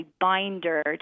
binder